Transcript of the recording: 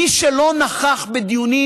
מי שלא נכח בדיונים,